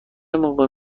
موقع